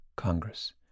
Congress